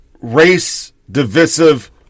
race-divisive